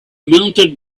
mounted